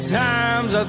times